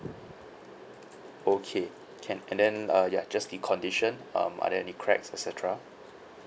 okay can and then uh ya just the condition um are there any cracks et cetera